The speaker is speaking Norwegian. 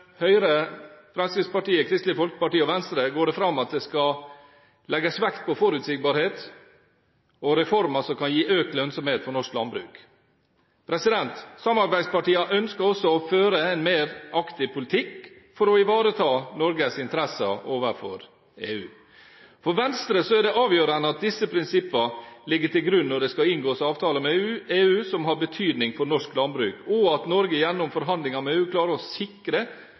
Høyre, Fremskrittspartiet, Kristelig Folkeparti og Venstre går det fram at det skal legges vekt på forutsigbarhet og reformer som kan gi økt lønnsomhet for norsk landbruk. Samarbeidspartiene ønsker også å føre en mer aktiv politikk for å ivareta Norges interesser overfor EU. For Venstre er det avgjørende at disse prinsippene ligger til grunn når det skal inngås avtaler med EU som har betydning for norsk landbruk, og at Norge gjennom forhandlinger med EU klarer å sikre